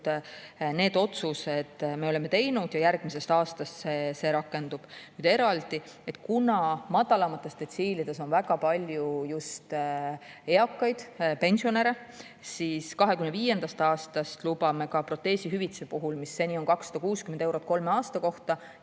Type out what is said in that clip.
Selle otsuse me oleme teinud ja järgmisest aastast see rakendub. Kuna madalamates detsiilides on väga palju just eakaid, pensionäre, siis 2025. aastast lubame lisaks proteesihüvitisele, mis on 260 eurot kolme aasta kohta